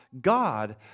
God